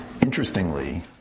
Interestingly